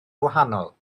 gwahanol